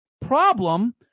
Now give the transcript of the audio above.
problem